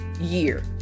year